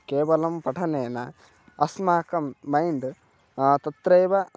केवलं पठनेन अस्माकं मैण्ड् तत्रैव